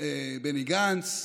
השר בני גנץ,